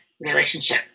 relationship